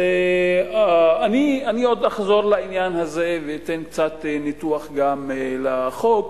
אני עוד אחזור לעניין הזה ואתן קצת ניתוח לחוק